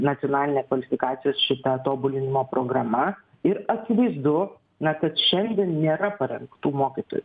nacionalinė kvalifikacijos šita tobulinimo programa ir akivaizdu na kad šiandien nėra parengtų mokytojų